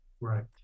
Right